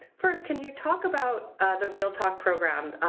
first, can you talk about the real talk program,